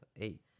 eight